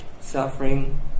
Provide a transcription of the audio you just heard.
Suffering